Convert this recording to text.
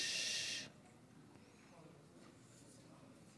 שלוש דקות לרשותך,